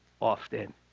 often